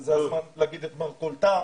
זה הזמן להגיד את מרכולתם.